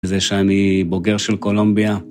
זה שאני בוגר של קולומביה.